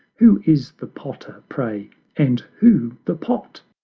who is the potter, pray, and who the pot?